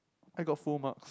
I got full marks